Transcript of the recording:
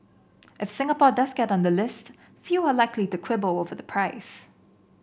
if Singapore does get on the list few are likely to quibble over the price